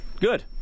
Good